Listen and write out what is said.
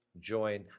join